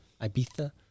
Ibiza